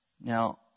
Now